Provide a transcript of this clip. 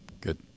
Good